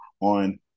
on